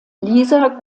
lisa